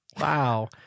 Wow